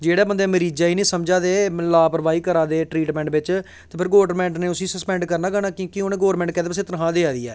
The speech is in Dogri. जेह्ड़े बंदे मरीजा गी नी समझा दे लापरवाही करा दा ट्रीटमैंट बिच्च फ्ही गौरमैंट ने उसी सस्पैंड करना गै करना क्योंकि उ'नें गौरमैंट तनखाह् कैह्दे बास्तै देआ दी ऐ